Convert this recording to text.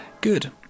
good